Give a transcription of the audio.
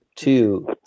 Two